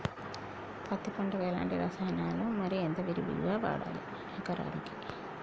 పత్తి పంటకు ఎలాంటి రసాయనాలు మరి ఎంత విరివిగా వాడాలి ఎకరాకి?